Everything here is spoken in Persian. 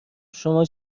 شما